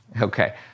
okay